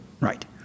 right